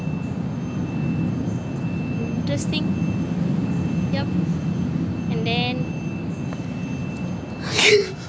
interesting yeah and then